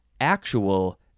actual